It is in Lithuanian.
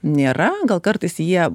nėra gal kartais jie